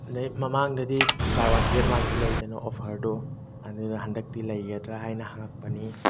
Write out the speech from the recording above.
ꯑꯗꯩ ꯃꯃꯥꯡꯗꯗꯤ buy one get ꯋꯥꯟꯁꯨ ꯂꯩꯗꯅ ꯑꯣꯐꯔꯗꯨ ꯑꯗꯨꯅ ꯍꯟꯗꯛꯇꯤ ꯂꯩꯒꯗ꯭ꯔꯥ ꯍꯥꯏꯅ ꯍꯪꯉꯛꯄꯅꯤ